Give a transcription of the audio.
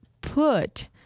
put